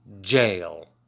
jail